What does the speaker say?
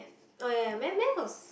oh ya ya math math was